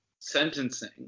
sentencing